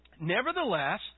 Nevertheless